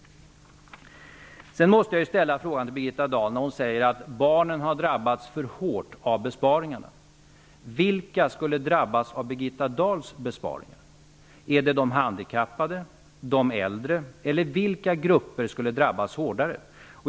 Jag måste ställa några frågor till Birgitta Dahl. Hon säger att barnen har drabbats för hårt av besparingarna. Vilka skulle drabbas av Birgitta Dahls besparingar? Är det de handikappade eller de äldre? Vilka grupper skulle drabbas hårdare?